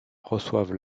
reçoivent